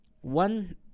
one